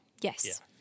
Yes